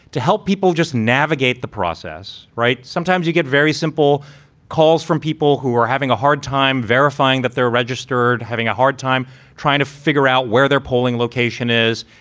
to help people just navigate the process. right. sometimes you get very simple calls from people who are having a hard time verifying that they're registered, having a hard time trying to figure out where their polling location is,